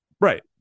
Right